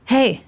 Hey